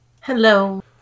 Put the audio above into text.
Hello